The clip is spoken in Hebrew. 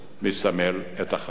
מסמל את החזון.